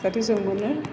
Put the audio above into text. जाहाथे जों मोनो